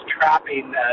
trapping